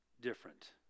Different